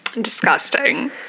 Disgusting